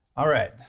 all right,